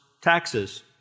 taxes